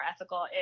ethical